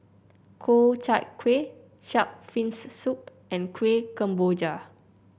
Ku Chai Kuih shark's fin soup and Kueh Kemboja